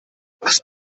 was